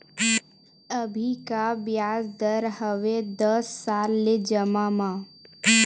अभी का ब्याज दर हवे दस साल ले जमा मा?